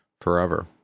forever